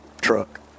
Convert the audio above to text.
truck